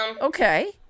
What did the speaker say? Okay